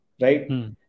Right